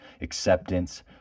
acceptance